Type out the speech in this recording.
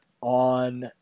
on